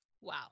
Wow